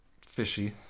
fishy